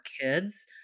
kids